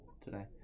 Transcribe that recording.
today